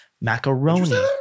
Macaroni